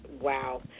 wow